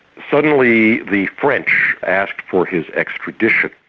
suddenly the french asked for his extradition.